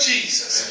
Jesus